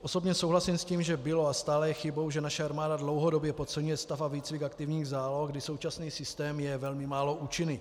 Osobně souhlasím s tím, že bylo a stále je chybou, že naše armáda dlouhodobě podceňuje stav a výcvik aktivních záloh, kdy současný systém je velmi málo účinný.